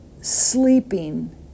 sleeping